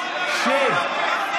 שב.